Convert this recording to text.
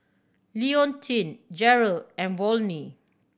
Leontine Jerrell and Volney